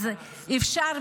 אז אפשר,